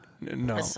no